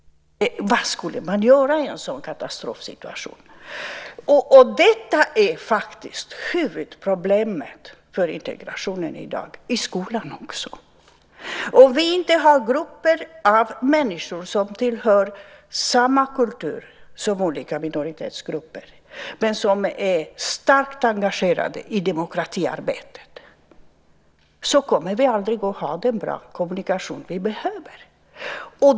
Vad skulle man göra i en sådan katastrofsituation? Detta är faktiskt huvudproblemet för integrationen i dag, också i skolan. Om vi inte har grupper av människor som tillhör samma kultur som olika minoritetsgrupper, men som är starkt engagerade i demokratiarbetet, kommer vi aldrig att ha den bra kommunikation som vi behöver.